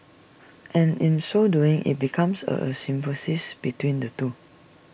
and in so doing IT becomes A a symbiosis between the two